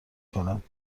کند